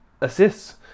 assists